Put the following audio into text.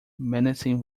menacing